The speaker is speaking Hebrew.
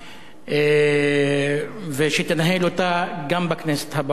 ושתנהל אותה גם בכנסת הבאה, כי אתה אדם מוכשר.